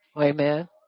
Amen